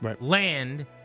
land